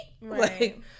Right